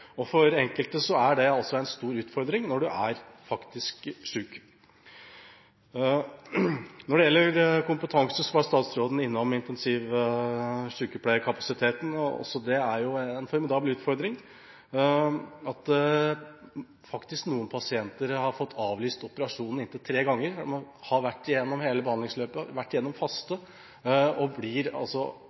utfordring for den enkelte. Når det gjelder kompetanse, var statsråden innom intensivsykepleierkapasiteten, og også det er jo en formidabel utfordring. Noen pasienter har faktisk fått avlyst operasjonen inntil tre ganger. Man har vært gjennom hele behandlingsløpet, man har vært gjennom faste, og så blir altså